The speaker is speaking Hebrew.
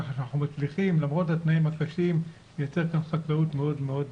כך שאנחנו מצליחים למרות התנאים הקשים לייצר כאן חקלאות מאוד מאוד